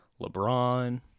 LeBron